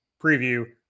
preview